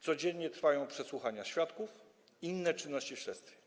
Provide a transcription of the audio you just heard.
Codziennie trwają przesłuchania świadków i inne czynności w śledztwie.